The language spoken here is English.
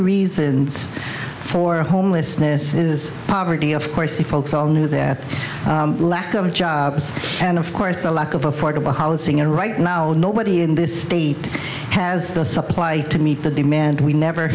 reasons for homelessness is poverty of course the folks all knew that lack of jobs and of course the lack of affordable housing and right now nobody in this state has the supply to meet the demand we never